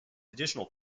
additional